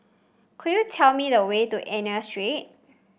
could you tell me the way to Ernani Street